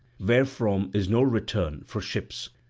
wherefrom is no return for ships,